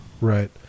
Right